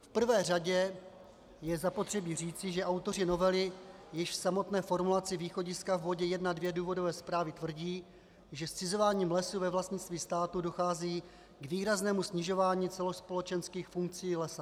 V prvé řadě je zapotřebí říci, že autoři novely již v samotné formulaci východiska v bodě 1.2 důvodové zprávy tvrdí, že zcizováním lesů ve vlastnictví státu dochází k výraznému snižování celospolečenských funkcí lesa.